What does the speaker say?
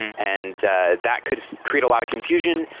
and that could create a lot of confusion,